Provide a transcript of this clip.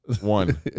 one